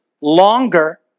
longer